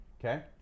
okay